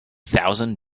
thousand